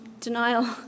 Denial